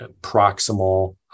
proximal